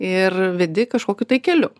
ir vedi kažkokiu tai keliu